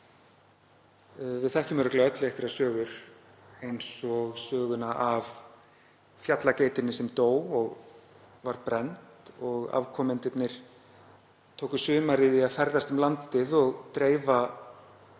Við þekkjum örugglega öll einhverjar sögur eins og söguna af fjallageitinni sem dó og var brennd og afkomendurnir tóku sumarið í að ferðast um landið og dreifa